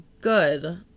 good